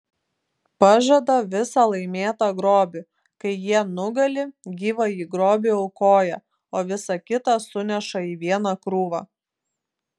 pažada visą laimėtą grobį kai jie nugali gyvąjį grobį aukoja o visa kita suneša į vieną krūvą